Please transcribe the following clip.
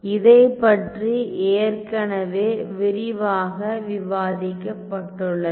இதைப்பற்றி ஏற்கனவே விரிவாக விவாதிக்கப்பட்டுள்ளது